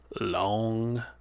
long